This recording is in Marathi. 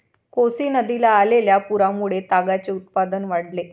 कोसी नदीला आलेल्या पुरामुळे तागाचे उत्पादन वाढले